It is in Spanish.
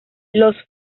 los